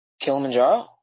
Kilimanjaro